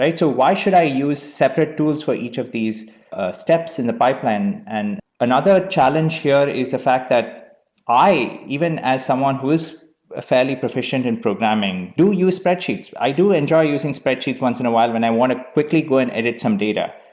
why should i use separate tools for each of these steps in the pipeline? and another challenge here is the fact that i even as someone who's ah fairly proficient in programming do use spreadsheets. i do enjoy using spreadsheets once in a while when i want to quickly go and edit some data.